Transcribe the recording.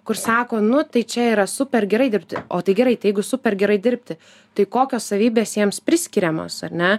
kur sako nu tai čia yra super gerai dirbti o tai gerai tai jeigu super gerai dirbti tai kokios savybės jiems priskiriamos ar ne